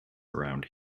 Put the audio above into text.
around